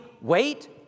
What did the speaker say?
wait